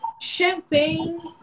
champagne